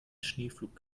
schneepflug